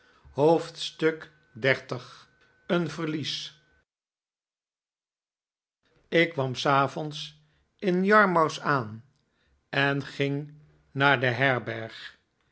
hoofdstuk xxx een verlies ik kwam s avonds in yarmouth aan en ging naar de herberg